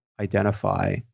identify